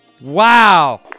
Wow